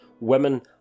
Women